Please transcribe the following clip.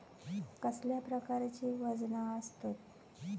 कसल्या प्रकारची वजना आसतत?